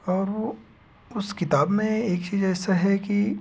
और वो उस किताब में एक ही ऐसा है कि